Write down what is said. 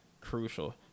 crucial